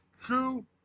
true